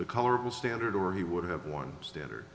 the colorable standard or he would have one standard